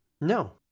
No